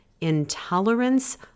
intolerance